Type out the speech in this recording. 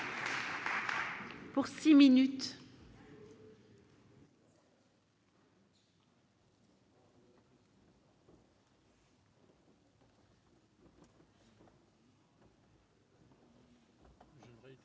Pour 6 minutes.